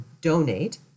donate